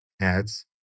ads